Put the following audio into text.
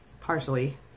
partially